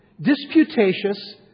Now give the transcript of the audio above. disputatious